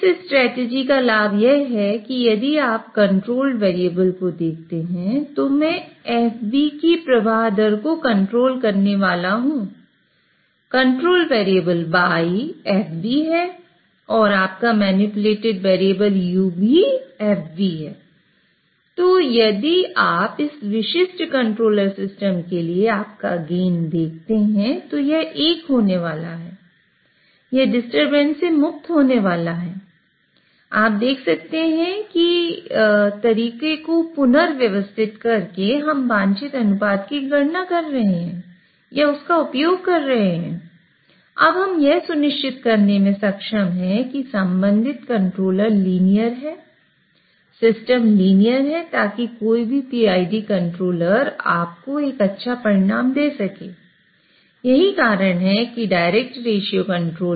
इस स्ट्रेटजी का लाभ यह है कि यदि आप कंट्रोल्ड वेरिएबल